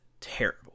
terrible